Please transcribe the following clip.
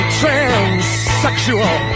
transsexual